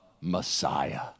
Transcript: Messiah